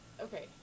okay